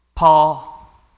Paul